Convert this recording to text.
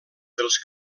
dels